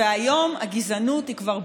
והיום הגזענות היא כבר ברורה,